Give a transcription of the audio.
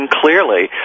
clearly